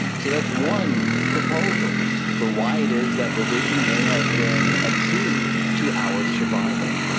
so that's one proposal for why it is that religion may have been a key to our survival.